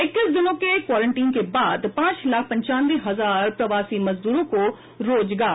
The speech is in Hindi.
इक्कीस दिनों के क्वारेंटीन के बाद पांच लाख पंचानवे हजार प्रवासी मजदूरों को रोजगार